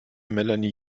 melanie